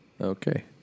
Okay